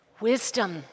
wisdom